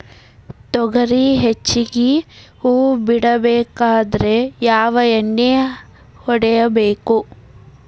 ತೊಗರಿ ಹೆಚ್ಚಿಗಿ ಹೂವ ಬಿಡಬೇಕಾದ್ರ ಯಾವ ಎಣ್ಣಿ ಹೊಡಿಬೇಕು?